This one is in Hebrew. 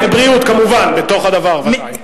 ובריאות, כמובן, בתוך הדבר, ודאי.